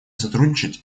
сотрудничать